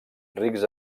rics